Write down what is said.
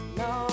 no